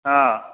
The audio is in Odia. ହଁ